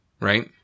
right